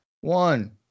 one